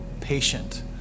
patient